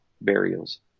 burials